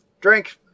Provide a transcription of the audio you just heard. Drink